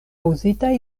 uzitaj